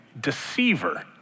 Deceiver